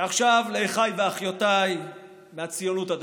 ועכשיו לאחיי ואחיותיי מהציונות הדתית,